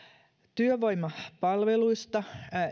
työvoimapalveluista